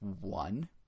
One